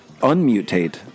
unmutate